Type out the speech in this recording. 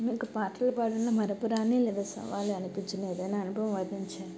మీకు పాటలు పాడిన మరపురాని లేదా సవాలు అనిపించిన ఏదైనా అనుభవం వర్ణించండి